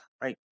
right